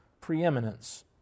preeminence